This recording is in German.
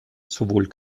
sowohl